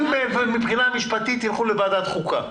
אם זה מבחינה משפטית תלכו לוועדת החוקה,